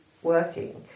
Working